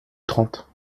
trente